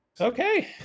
Okay